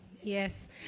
Yes